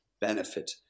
benefit